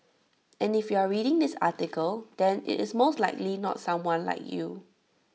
and if you are reading this article then IT is most likely not someone like you